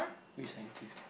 which scientist